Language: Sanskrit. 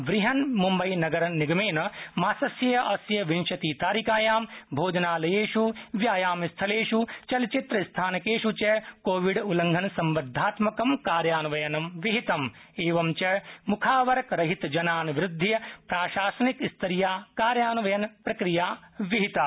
वहन मम्बई नगर निगमेन मासस्य अस्य विंशतितारिकायां भोजनालयेष व्यायामस्थलेष् चलचित्रस्थानकेष च कोविडोल्लंघनसम्बद्धात्मकं कार्यान्वयनं विहितम् एवञ्च मुखावरक रहित जनान् विरूध्य प्राशासनिकस्तरीया कार्यान्वयनप्रक्रिया विहिता